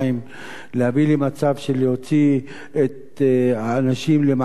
להביא למצב של הוצאת האנשים למעגל העבודה,